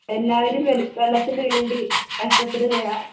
എല്ലാവരും വെള്ളത്തിന് വേണ്ടി കഷ്ടപ്പെടുകയാണ്